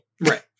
right